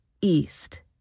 east